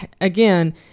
again